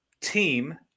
team